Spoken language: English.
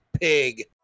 pig